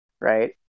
right